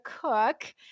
cook